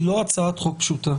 היא לא הצעת חוק פשוטה,